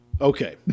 Okay